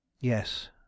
Yes